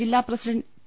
ജില്ലാ president P